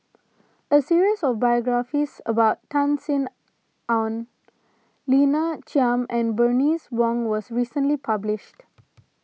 a series of biographies about Tan Sin Aun Lina Chiam and Bernice Wong was recently published